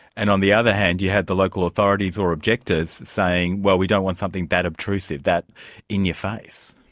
and on the other hand you have the local authorities or objectors saying well we don't want something that obtrusive, that in-your-face.